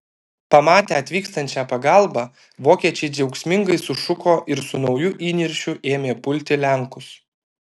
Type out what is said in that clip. pamatę atvykstančią pagalbą vokiečiai džiaugsmingai sušuko ir su nauju įniršiu ėmė pulti lenkus